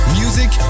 music